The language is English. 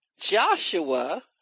Joshua